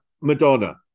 Madonna